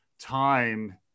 time